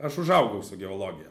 aš užaugau su geologija